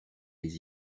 les